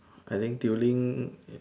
I think during